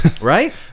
right